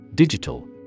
Digital